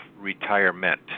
retirement